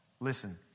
Listen